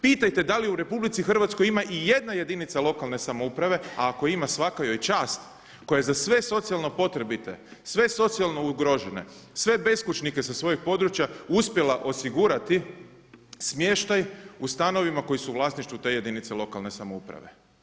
Pitajte da li u RH ima i jedna jedinica lokalne samouprave, a ako ima svaka joj čast, koja je za sve socijalno potrebi, sve socijalno ugrožene, sve beskućnike sa svojeg područja uspjela osigurati smještaj u stanovima koji su u vlasništvu te jedinice lokalne samouprave.